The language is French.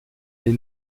est